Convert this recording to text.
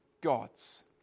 gods